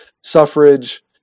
suffrage